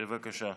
בבקשה.